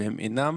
והם אינם